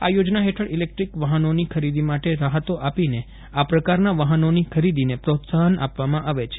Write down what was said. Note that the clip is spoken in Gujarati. આ યોજના હેઠળ ઈલેક્ટ્રીક વાહનોની ખરીદી માટે રાહતો આપીને આ પ્રકારના વાહનોની ખરીદીને પ્રોત્સાહન આપવામાં આવે છે